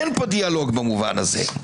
אין פה דיאלוג במובן הזה.